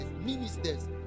ministers